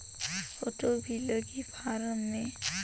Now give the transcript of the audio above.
Photo भी लगी form मे?